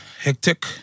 hectic